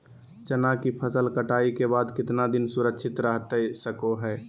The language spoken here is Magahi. चना की फसल कटाई के बाद कितना दिन सुरक्षित रहतई सको हय?